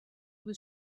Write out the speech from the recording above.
was